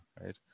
right